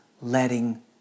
letting